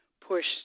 push